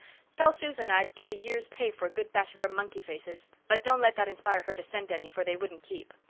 tell susan i'd give a year's pay for a good batch of her monkey-faces but don't let that inspire her to send any for they wouldn't keep.